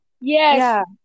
yes